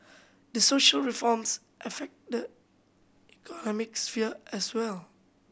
the social reforms affect the economic sphere as well